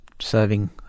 Serving